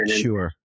Sure